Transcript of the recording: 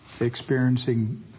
experiencing